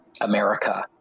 America